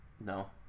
no